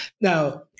Now